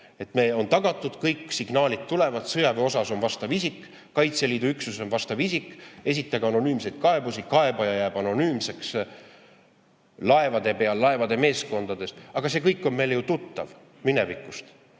Meil on tagatud kõik, signaalid tulevad, sõjaväeosas on vastav isik, Kaitseliidu üksuses on vastav isik, esitage anonüümseid kaebusi, kaebaja jääb anonüümseks, laevade peal, laevade meeskondades. Aga see kõik on meile ju tuttav minevikust.